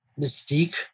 mystique